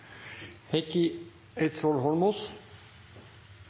Heikki Eidsvoll Holmås